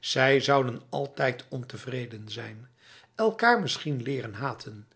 zij zouden altijd ontevreden zijn elkaar misschien leren haten